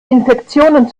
infektionen